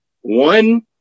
One